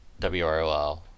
WROL